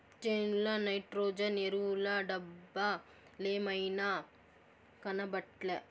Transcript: చేనుల నైట్రోజన్ ఎరువుల డబ్బలేమైనాయి, కనబట్లా